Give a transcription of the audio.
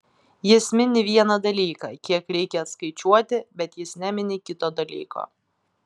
jis mini vieną dalyką kiek reikia atskaičiuoti bet jis nemini kito dalyko